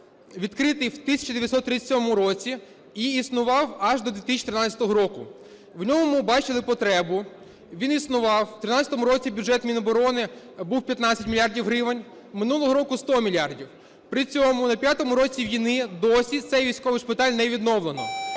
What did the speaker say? відкритий в 1937 році і існував аж до 2013 року. В ньому бачили потребу, він існував. В 13-му році бюджет Міноборони був 15 мільярдів гривень, минулого року – 100 мільярдів. При цьому на п'ятому році війни досі цей військовий шпиталь не відновлено.